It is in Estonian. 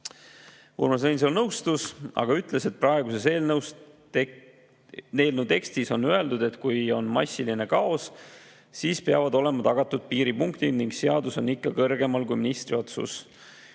Urmas Reinsalu nõustus, aga ütles, et praeguses eelnõu tekstis on öeldud, et kui on massiline kaos, siis peavad olema tagatud piiripunktid, ning seadus on ikka kõrgemal kui ministri otsus.